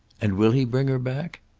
and will he bring her back?